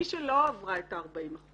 מי שלא עברה את ה-40%